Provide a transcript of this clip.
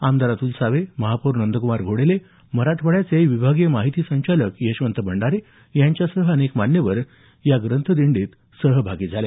आमदार अतुल सावे महापौर नंद्कुमार घोडेले मराठवाड्याचे विभागीय माहिती संचालक यशवंत भंडारे यांच्यासह अनेक मान्यवर या ग्रंथदिंडीत सहभागी झाले